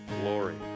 Glory